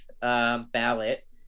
ballot